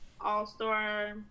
all-star